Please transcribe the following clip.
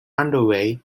underway